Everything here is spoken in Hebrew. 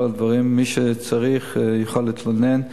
מי שצריך יכול להתלונן.